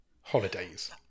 Holidays